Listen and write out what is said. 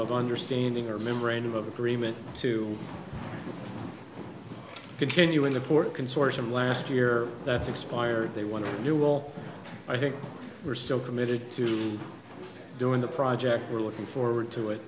of understanding or membrane of agreement to continue in the port consortium last year that's expired they want to do all i think we're still committed to doing the project we're looking forward to it